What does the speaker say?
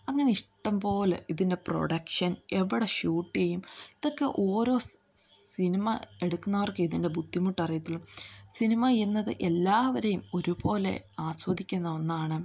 അങ്ങനെ ഇഷ്ടംപോലെ ഇതിൻ്റെ പ്രൊഡക്ഷൻ എവിടെ ഷൂട്ട് ചെയ്യും ഇതൊക്കെ ഓരോ സിനിമ എടുക്കുന്നവർക്കേ ഇതിൻ്റെ ബുദ്ധിമുട്ട് അറിയത്തുള്ളൂ സിനിമ എന്നത് എല്ലാവരെയും ഒരുപോലെ ആസ്വദിക്കുന്ന ഒന്നാണ്